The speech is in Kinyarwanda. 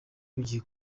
bigiye